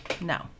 No